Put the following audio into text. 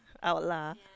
out lah